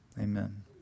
Amen